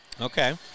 Okay